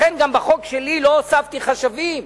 לכן בחוק שלי לא הוספתי חשבים.